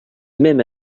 même